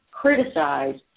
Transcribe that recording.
criticized